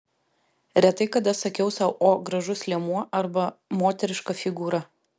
retai kada sakiau sau o gražus liemuo arba moteriška figūra